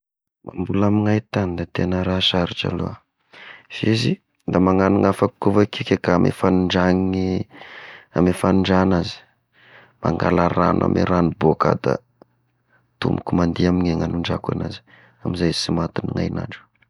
Mamboly amy haitagny da tegna raha sarotra aloha, f'izy da magnano ny afaka avao kika amy fanondraha ny amy fanondrahana azy, mangala ragno amy ragno bôka iaho da tomoko mandiha amy igny ny anondrahako agn'azy, amizay izy sy matin'ny hain'andro.